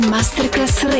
Masterclass